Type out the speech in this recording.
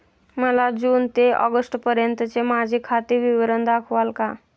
मला जून ते ऑगस्टपर्यंतचे माझे खाते विवरण दाखवाल का?